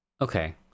Okay